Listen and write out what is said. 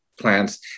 plants